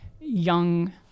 young